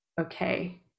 okay